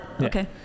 Okay